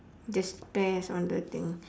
there's pears on the thing